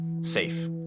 Safe